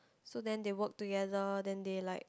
so then they work together then they like